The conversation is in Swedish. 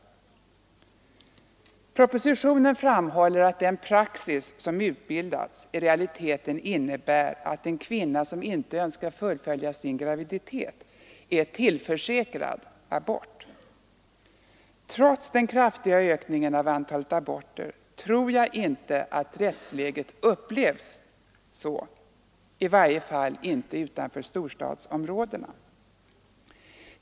Propositionen framhåller att den praxis som utbildats i realiteten innebär att en kvinna som inte önskar fullfölja sin graviditet är tillförsäkrad abort. Trots den kraftiga ökningen av antalet aborter tror jag inte att rättsläget upplevs så, i varje fall inte utanför storstadsområdena.